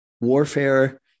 warfare